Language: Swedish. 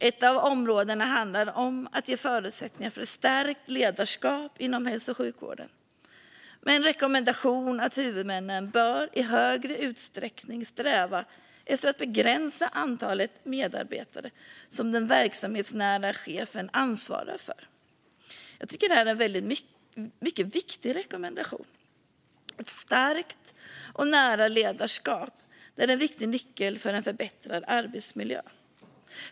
Ett av områdena handlar om att ge förutsättningar för ett stärkt ledarskap inom hälso och sjukvården med en rekommendation om att huvudmännen i högre utsträckning bör sträva efter att begränsa antalet medarbetare som den verksamhetsnära chefen ansvarar för. Jag tycker det är en mycket viktig rekommendation. Ett starkt och nära ledarskap är en viktig nyckel för en förbättrad arbetsmiljö.